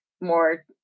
more